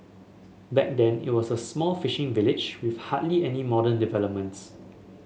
back then it was an small fishing village with hardly any modern developments